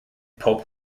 pulp